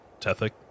Tethic